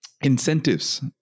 incentives